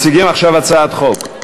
מציגים עכשיו הצעת חוק.